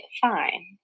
fine